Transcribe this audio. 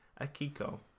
Akiko